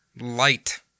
light